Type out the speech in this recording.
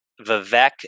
Vivek